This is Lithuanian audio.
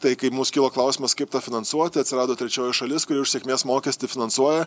tai kai mums kilo klausimas kaip tą finansuoti atsirado trečioji šalis kuri už sėkmės mokestį finansuoja